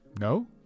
No